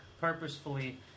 purposefully